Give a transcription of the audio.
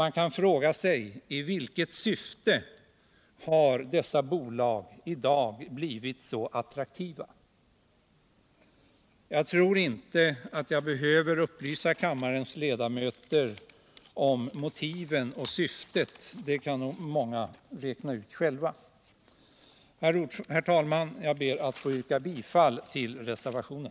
Man kan fråga sig: I vilket syfte har dessa bolag i dag blivit så attraktiva? Jag tror inte att jag behöver upplysa kammarens ledamöter om motivet — det kan många räkna ut själva. Herr talman! Jag ber att få yrka bifall till reservationen.